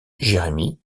jérémy